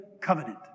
covenant